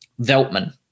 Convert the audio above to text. Veltman